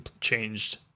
changed